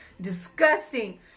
Disgusting